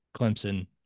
Clemson